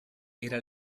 era